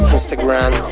Instagram